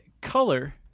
color